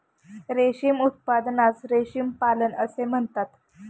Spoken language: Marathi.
रेशीम उत्पादनास रेशीम पालन असे म्हणतात